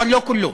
אבל לא כולו.